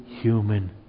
human